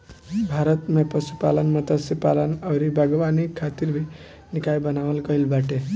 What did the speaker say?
भारत में पशुपालन, मत्स्यपालन अउरी बागवानी खातिर भी निकाय बनावल गईल बाटे